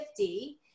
50